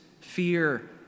fear